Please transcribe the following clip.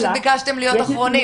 פשוט ביקשתם להיות אחרונים